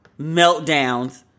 meltdowns